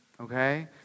okay